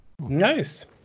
Nice